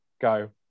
go